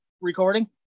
recording